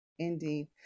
Indeed